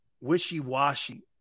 Wishy-washy